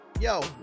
Yo